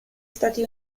stati